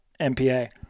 MPA